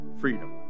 Freedom